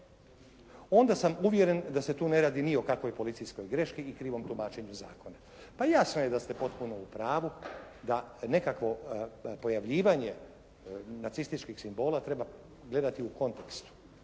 Onda sam uvjeren da se tu ne radi ni o kakvoj policijskoj greški i krivom tumačenju zakona. Pa jasno je da ste potpuno u pravu da nekakvo pojavljivanje nacističkih simbola treba gledati u kontekstu,